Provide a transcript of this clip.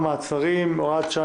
מעצרים) (הוראת שעה,